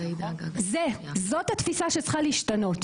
זאת התפיסי שצריכה להשתנות.